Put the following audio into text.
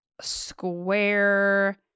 square